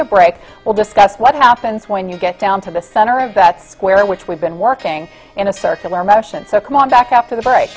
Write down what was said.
the break we'll discuss what happens when you get down to the center of that square which we've been working in a circular motion so come on back up to the